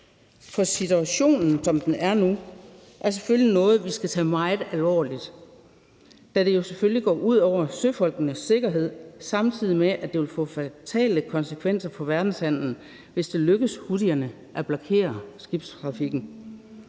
Situationen, som den er nu, er selvfølgelig noget, vi skal tage meget alvorligt, da det jo går ud over søfolkene sikkerhed, samtidig med at det vil få fatale konsekvenser for verdenshandelen, hvis det lykkes houthierne at blokere skibstrafikken.